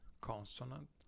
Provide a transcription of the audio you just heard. consonant